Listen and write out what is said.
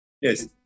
yes